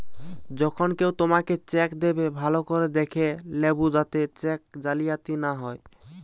যখন কেও তোমাকে চেক দেবে, ভালো করে দেখে লেবু যাতে চেক জালিয়াতি না হয়